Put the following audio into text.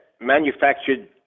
manufactured